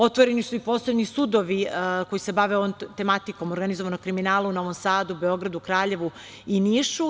Otvoreni su i posebni sudovi koji se bave ovom tematikom organizovanog kriminala u Novom Sadu, Beogradu, Kraljevu i Nišu.